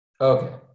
Okay